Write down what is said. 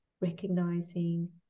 recognizing